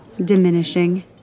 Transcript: Diminishing